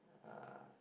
uh